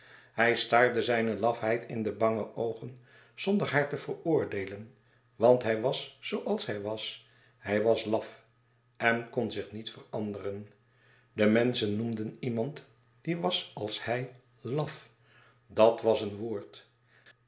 hij staarde zijne lafheid in de bange oogen zonder haar te veroordeelen want hij was zooals hij wàs hij was laf en kon zich niet veranderen de menschen noemden iemand die was als hij laf dat was een woord